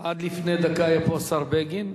עד לפני דקה היה פה השר בגין.